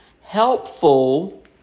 helpful